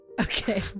Okay